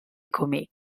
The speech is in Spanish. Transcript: cómic